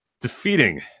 defeating